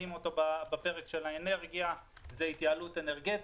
מסמנים אותו בפרק של האנרגיה זה התייעלות אנרגטית.